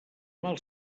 mal